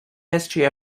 history